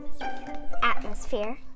atmosphere